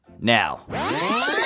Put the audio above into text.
now